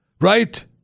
right